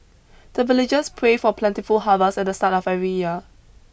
the villagers pray for plentiful harvest at the start of every year